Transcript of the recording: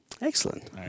Excellent